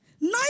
Nine